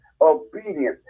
obedience